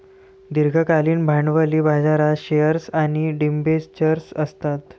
दीर्घकालीन भांडवली बाजारात शेअर्स आणि डिबेंचर्स असतात